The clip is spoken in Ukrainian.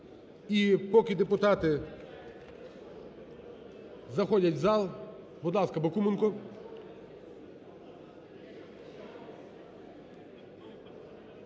І поки депутати заходять в зал, будь ласка, Бакуменко.